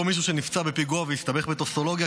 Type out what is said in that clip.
פה מישהו שנפצע בפיגוע והסתבך בטופסולוגיה